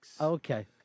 Okay